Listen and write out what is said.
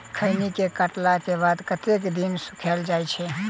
खैनी केँ काटला केँ बाद कतेक दिन सुखाइल जाय छैय?